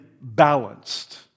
balanced